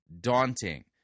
daunting